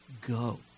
go